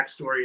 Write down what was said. backstory